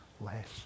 less